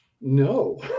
no